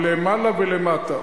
ולמעלה ולמטה,